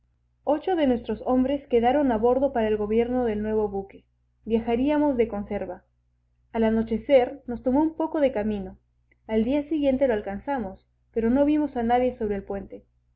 ocho de nuestros hombres quedaron abordo para el gobierno del nuevo buque viajaríamos de conserva al anochecer nos tomó un poco de camino al día siguiente lo alcanzamos pero no vimos a nadie sobre el puente